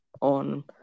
on